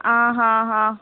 आ हा हा